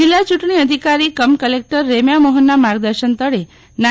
જિલ્લા યૂંટણી અધિકારી કમ કલેકટર રેમ્યા મોહનના માર્ગદર્શન તળે ના